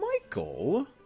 Michael